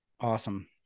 Awesome